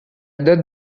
date